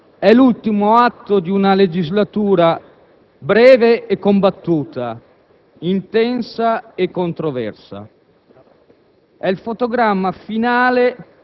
il cosiddetto milleproroghe, è l'ultimo atto di una legislatura breve e combattuta, intensa e controversa;